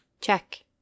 Check